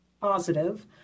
positive